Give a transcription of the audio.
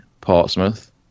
Portsmouth